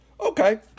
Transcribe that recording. okay